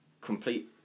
complete